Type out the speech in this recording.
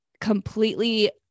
completely